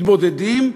מתבודדים,